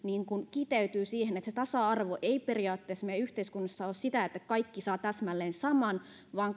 kiteytyy siihen että tasa arvo ei periaatteessa meidän yhteiskunnassamme ole sitä että kaikki saavat täsmälleen saman vaan